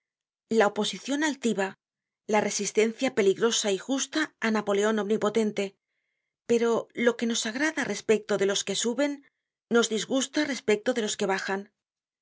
la oposicion altiva la resistencia peligrosa y justa á napoleon omnipotente pero lo que nos agrada respecto de los que suben nos disgusta respecto de los que bajan